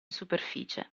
superficie